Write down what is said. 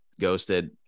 ghosted